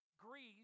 Greece